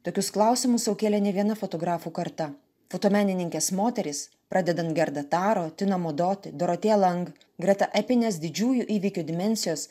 tokius klausimus sau kėlė ne viena fotografų karta fotomenininkės moterys pradedant gerda taro tina mudoti dorotėja lang greta epinės didžiųjų įvykių dimensijos